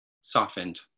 softened